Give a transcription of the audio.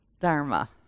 dharma